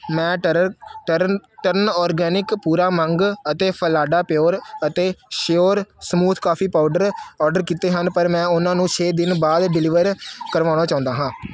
ਮੈਂ ਟਰਰ ਟਰਨ ਟਰਨ ਅੋਰਗੈਨਿਕ ਪੂਰਾ ਮੰਗ ਅਤੇ ਫਾਲਾਡਾ ਪਿਓਰ ਅਤੇ sure smooth coffee powder order ਕੀਤੇ ਹਨ ਪਰ ਮੈਂ ਉਹਨਾਂ ਨੂੰ ਛੇ ਦਿਨ ਬਾਅਦ ਡਿਲੀਵਰ ਕਰਵਾਉਣਾ ਚਾਹੁੰਦਾ ਹਾਂ